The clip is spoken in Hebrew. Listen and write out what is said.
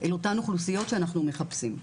אל אותן אוכלוסיות שאנחנו מחפשים.